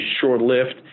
short-lived